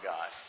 God